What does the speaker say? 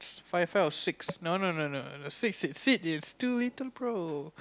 five five or six no no no no the six seed seed is two eaten pro